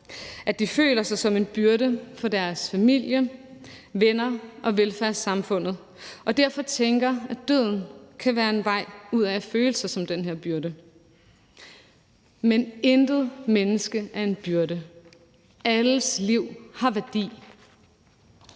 at de føler sig som en byrde for deres familie, venner og velfærdssamfundet og derfor tænker, at døden kan være en vej ud af at føle sig som en byrde? Men intet menneske er en byrde. Alles liv har værdi.